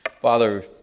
Father